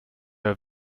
were